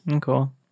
cool